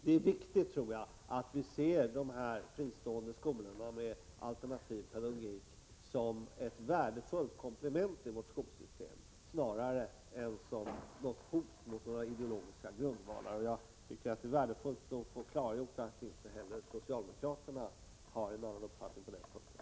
Det är viktigt att vi ser 139 fristående skolor med alternativ pedagogik snarare som ett värdefullt komplement till vårt skolsystem än som ett hot mot några ideologiska grundvalar. Jag tycker att det är värdefullt att få det klarlagt att inte heller socialdemokraterna har någon annan uppfattning på den punkten.